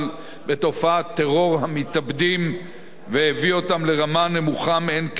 בתופעת טרור המתאבדים והביא אותם לרמה נמוכה מאין כמותה.